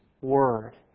Word